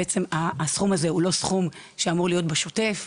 שהסכום הזה הוא לא סכום שאמור להיות בשוטף,